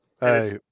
Hey